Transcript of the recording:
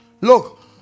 Look